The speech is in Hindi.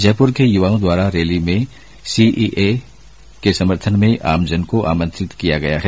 जयपुर के युवाओं द्वारा रैली में सीएए के समर्थन में आमजन को आमंत्रित किया गया है